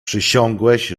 przysiągłeś